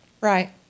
Right